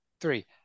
Three